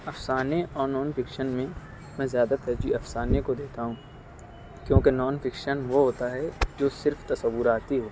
افسانے اور non fiction میں میں زیادہ ترجیح افسانے کو دیتا ہوں کیونکہ نان فکشن وہ ہوتا ہے جو صرف تصوراتی ہو